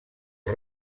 els